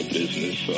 business